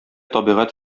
табигать